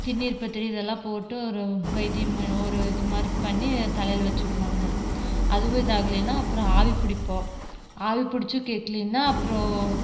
திருநீர் பத்திரி இதெல்லாம் போட்டு ஒரு வைத்தியம் ஒரு இதுமாதிரி பண்ணி தலையில் வைச்சி விடுவாங்க அதுவும் இது ஆகலைன்னா அப்புறம் ஆவி பிடிப்போம் ஆவி பிடிச்சும் கேக்கலைன்னா அப்புறம்